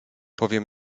powiem